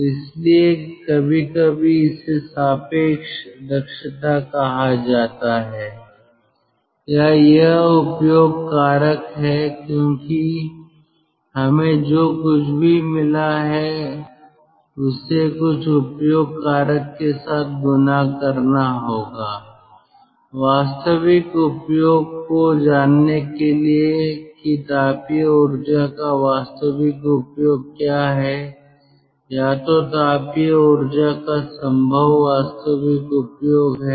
तो इसीलिए कभी कभी इसे सापेक्ष दक्षता कहा जाता है या यह उपयोग कारक है क्योंकि हमें जो कुछ भी मिला है उसे कुछ उपयोग कारक के साथ गुणा करना होगा वास्तविक उपयोग को जानने के लिए कि तापीय ऊर्जा का वास्तविक उपयोग क्या है या जो तापीय ऊर्जा का संभव वास्तविक उपयोग है